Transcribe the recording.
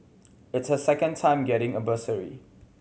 it's her second time getting a bursary